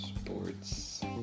sports